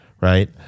right